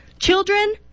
Children